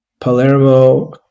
Palermo